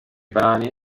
brani